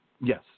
Yes